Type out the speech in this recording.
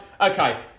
Okay